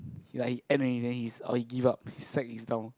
he like he end already then he's oh he give up his sack is down